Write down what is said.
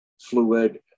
fluid